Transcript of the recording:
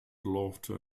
laughter